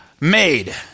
made